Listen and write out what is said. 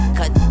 cut